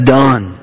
done